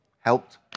helped